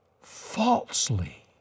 falsely